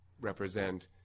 represent